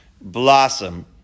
blossom